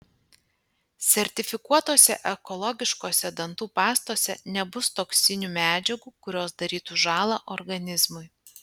sertifikuotose ekologiškose dantų pastose nebus toksinių medžiagų kurios darytų žąlą organizmui